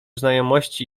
znajomości